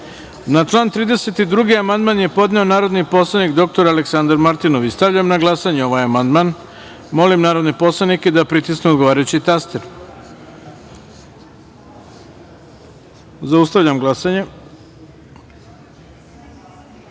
član 32. amandman je podneo narodni poslanik dr Aleksandar Martinović. Stavljam na glasanje ovaj amandman. Molim narodne poslanike da pritisnu odgovarajući taster. Zaustavljam glasanje: